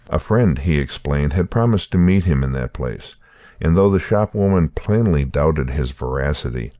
a friend, he explained, had promised to meet him in that place and though the shopwoman plainly doubted his veracity,